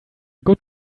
good